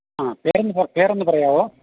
ആ പേര് ഒന്ന് പേരൊന്ന് പറയാമോ